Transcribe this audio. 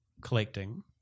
collecting